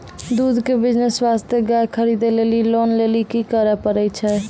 दूध के बिज़नेस वास्ते गाय खरीदे लेली लोन लेली की करे पड़ै छै?